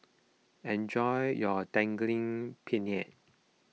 enjoy your Daging Penyet